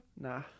Nah